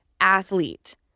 athlete